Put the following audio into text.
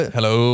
Hello